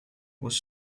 was